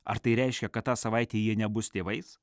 ar tai reiškia kad tą savaitę jie nebus tėvais